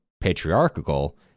patriarchal